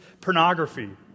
pornography